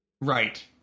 Right